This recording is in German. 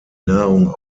nahrung